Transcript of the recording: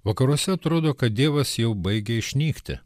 vakaruose atrodo kad dievas jau baigia išnykti